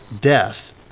death